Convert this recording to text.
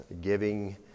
Giving